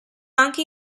anche